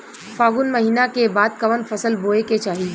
फागुन महीना के बाद कवन फसल बोए के चाही?